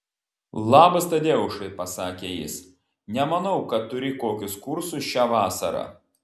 labas tadeušai pasakė jis nemanau kad turi kokius kursus šią vasarą